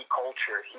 culture